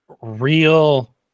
real